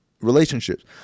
relationships